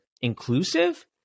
inclusive